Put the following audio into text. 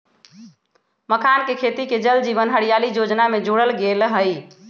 मखानके खेती के जल जीवन हरियाली जोजना में जोरल गेल हई